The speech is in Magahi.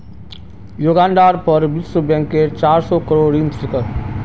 युगांडार पर विश्व बैंकेर चार सौ करोड़ ऋण छेक